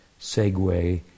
segue